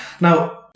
Now